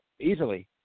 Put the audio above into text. easily